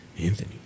Anthony